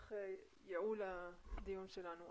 לצורך ייעול הדיון שלנו.